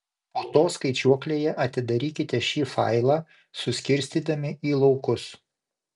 po to skaičiuoklėje atidarykite šį failą suskirstydami į laukus